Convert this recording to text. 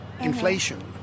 inflation